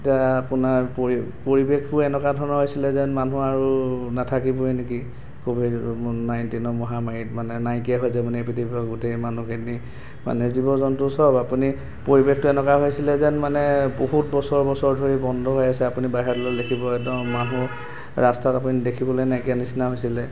এতিয়া আপোনাৰ পৰিৱেশো এনেকুৱা ধৰণৰ হৈছিলে যেন মানুহ আৰু নাথাকিবই নেকি ক'ভিড নাইণ্টিনৰ মহামাৰীত মানে নাইকিয়া হৈ যাব নেকি পৃথিৱীৰপৰা গোটেই মানুহখিনি মানে জীৱ জন্তু চব আপুনি পৰিৱেশতো এনেকুৱা হৈছিলে যেন মানে বহুত বছৰ বছৰ ধৰি বন্ধ হৈ আছে আপুনি বাহিৰত ওলালে দেখিব একদম মানুহ ৰাস্তাত আপোনাৰ দেখিবলৈ নাইকিয়া নিচিনা হৈছিলে